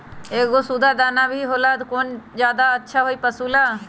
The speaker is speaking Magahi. एगो सुधा दाना भी होला कौन ज्यादा अच्छा होई पशु ला?